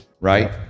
right